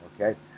Okay